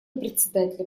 председателя